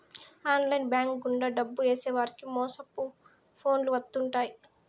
online bank గుండా డబ్బు ఏసేవారికి మోసపు ఫోన్లు వత్తుంటాయి